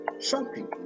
shopping